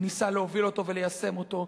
ניסה להוביל אותו וליישם אותו,